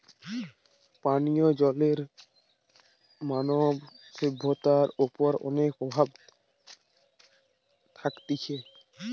পানীয় জলের মানব সভ্যতার ওপর অনেক প্রভাব থাকতিছে